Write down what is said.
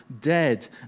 dead